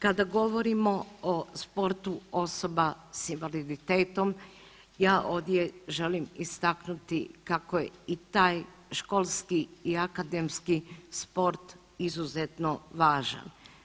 Kada govorimo o sportu osoba s invaliditetom ja ovdje želim istaknuti kako je i taj školski i akademski sport izuzetno važan.